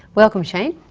welcome, shane.